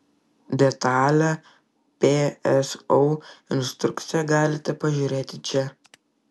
detalią pso instrukciją galite pažiūrėti čia